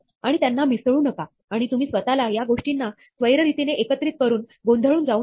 आणि त्यांना मिसळू नका आणि तुम्ही स्वतःला या गोष्टींना स्वैर रीतीने एकत्रित करून गोंधळून जाऊ नका